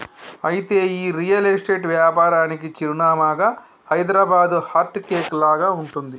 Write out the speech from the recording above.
అయితే ఈ real estate వ్యాపారానికి చిరునామాగా హైదరాబాదు హార్ట్ కేక్ లాగా ఉంటుంది